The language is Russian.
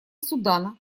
судана